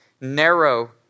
narrow